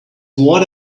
what